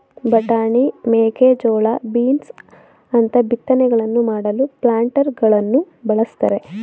ಬಟಾಣಿ, ಮೇಕೆಜೋಳ, ಬೀನ್ಸ್ ಅಂತ ಬಿತ್ತನೆಗಳನ್ನು ಮಾಡಲು ಪ್ಲಾಂಟರಗಳನ್ನು ಬಳ್ಸತ್ತರೆ